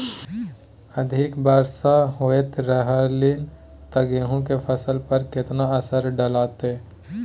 अधिक वर्षा होयत रहलनि ते गेहूँ के फसल पर केतना असर डालतै?